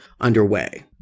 underway